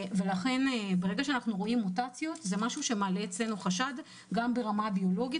לכן ברגע שאנחנו רואים מוטציות זה מעלה בנו חשד גם ברמה הביולוגית